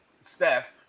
Steph